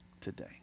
today